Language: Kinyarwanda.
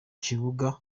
kibuga